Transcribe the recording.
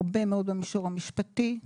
הרבה מאוד במישור המשפטי,